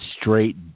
straight